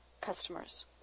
customers